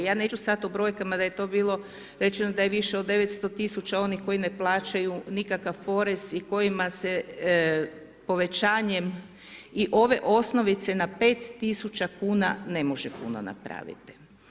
Ja neću sad o brojkama, da je to bilo rečeno da je više od 9000 onih koji ne plaćaju nikakav porez i kojima se povećanjem i ove osnovice na 5000 kn ne može puno napraviti.